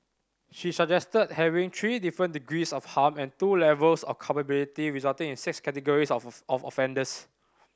she suggested having three different degrees of harm and two levels of culpability resulting in six categories of offenders